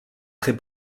très